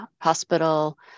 hospital